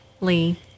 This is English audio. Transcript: Lee